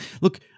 Look